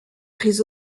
pris